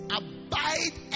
abide